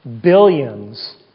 Billions